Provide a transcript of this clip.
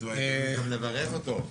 ההזדמנות לברך אותו.